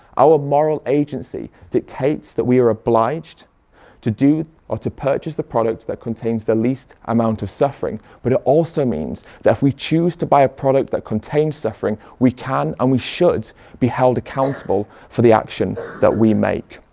our moral agency dictates that we are obliged to do or to purchase the products that contain the least amount of suffering. but it also means that if we choose to buy a product that contains suffering we can and we should be held accountable for the action that we make.